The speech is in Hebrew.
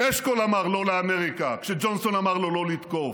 אשכול אמר לא לאמריקה כשג'ונסון אמר לו לא לתקוף,